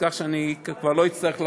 כך שאני כבר לא צריך לחזור,